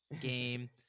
game